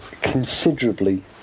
considerably